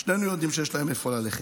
שנינו יודעים שיש להם לאיפה ללכת.